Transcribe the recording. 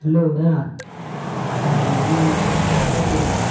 hello ହଁ ମୁଇଁ ସୁବ୍ରତ କହୁଥିଲି